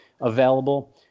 available